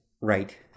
Right